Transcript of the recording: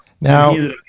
now